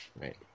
right